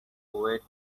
wet